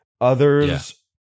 Others